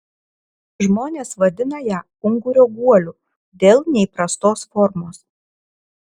žmonės vadina ją ungurio guoliu dėl neįprastos formos